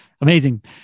Amazing